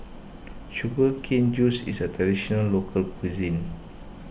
Sugar Cane Juice is a Traditional Local Cuisine